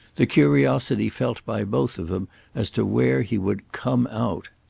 the curiosity felt by both of them as to where he would come out.